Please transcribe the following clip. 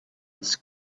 his